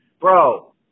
Bro